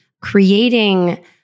creating